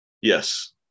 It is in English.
yes